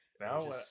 now